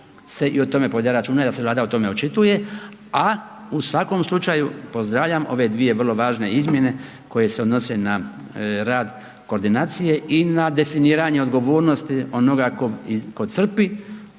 A u svakom slučaju pozdravljam ove dvije vrlo važne izmjene koje se odnose na rad koordinacije i na definiranje odgovornosti onoga tko crpi,